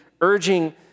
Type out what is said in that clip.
urging